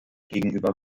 gegenüber